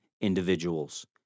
individuals